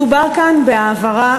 מדובר כאן בהעברה,